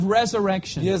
resurrection